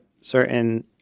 certain